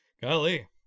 Golly